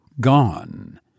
gone